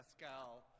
Pascal